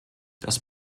das